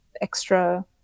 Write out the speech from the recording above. extra